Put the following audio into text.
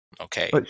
Okay